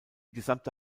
gesamte